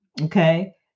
Okay